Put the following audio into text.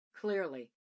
Clearly